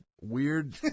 Weird